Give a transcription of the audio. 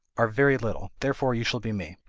are very little, therefore you shall be me.